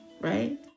right